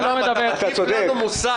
אתה צודק.